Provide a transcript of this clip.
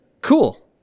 cool